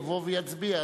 יבוא ויצביע,